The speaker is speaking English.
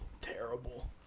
Terrible